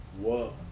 Whoa